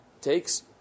takes